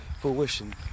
fruition